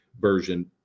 version